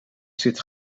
zit